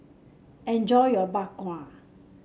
enjoy your Bak Kwa